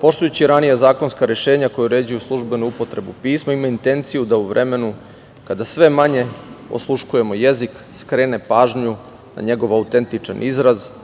poštujući ranija zakonska rešenja koja uređuju službenu upotrebu pisma, ima intenciju da u vremenu kada sve manje osluškujemo jezik skrene pažnju na njegov autentičan izraz i na